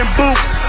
boots